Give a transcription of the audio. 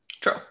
True